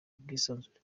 ubwisanzure